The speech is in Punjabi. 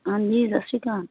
ਹਾਂਜੀ ਸਤਿ ਸ਼੍ਰੀ ਅਕਾਲ